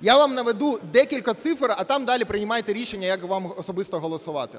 Я вам наведу декілька цифр, а там далі приймайте рішення, як вам особисто голосувати.